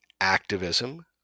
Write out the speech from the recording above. activism